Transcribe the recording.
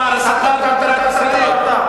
העובדה שפערי השכר במדינת ישראל זה נושא,